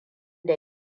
da